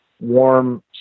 warm